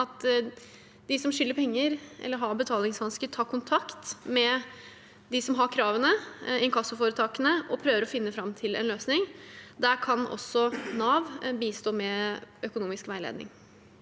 de som skylder penger eller har betalingsvansker, tar kontakt med dem som har kravene, inkassoforetakene, og prøver å finne fram til en løsning. Der kan også Nav bistå med økonomisk veiledning.